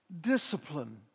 discipline